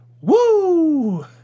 Woo